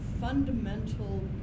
fundamental